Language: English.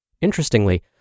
Interestingly